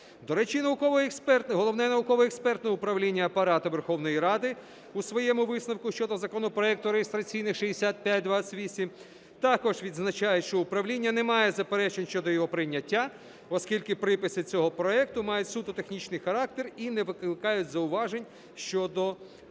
Головне науково-експертне управління Апарату Верховної Ради у своєму висновку щодо законопроекту реєстраційний 6528 також відзначає, що управління не має заперечень щодо його прийняття, оскільки приписи цього проекту мають суто технічний характер і не викликають зауважень щодо його